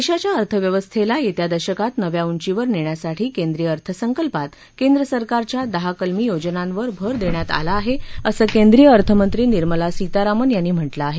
देशाच्या अर्थव्यवस्थेला येत्या दशकात नव्या उंचीवर नेण्यासाठी केंद्रीय अर्थसंकल्पात केंद्रसरकारच्या दहा कलमी योजनांवर भर देण्यात आला आहे असं केंद्रीय अर्थनंत्री निर्मला सीतारामन यांनी म्हटलं आहे